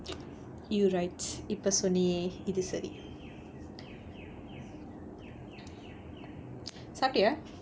you இப்ப சொன்னியே இது சரி சாப்பிட்டியா:ippa sonniyae ithu sari saappittiyaa